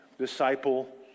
disciple